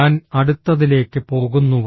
ഞാൻ അടുത്തതിലേക്ക് പോകുന്നു